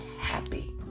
happy